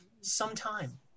sometime